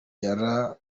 yarusimbutse